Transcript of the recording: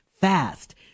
fast